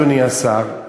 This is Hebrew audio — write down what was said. אדוני השר,